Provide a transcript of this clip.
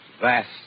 ...vast